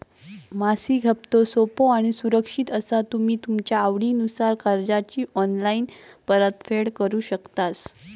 मासिक हप्तो सोपो आणि सुरक्षित असा तुम्ही तुमच्या आवडीनुसार कर्जाची ऑनलाईन परतफेड करु शकतास